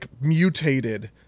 mutated